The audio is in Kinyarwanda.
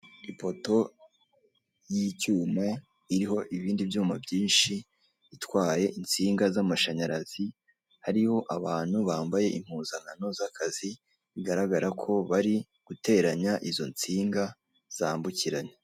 Ipoto y'icyuma iriho ibindi byuma byinshi, itwaye insinga z'amashanyarazi, hariho abantu bambaye impuzankano z'akazi, bigaragara ko bari guteranya izo nsinga zambukiranya.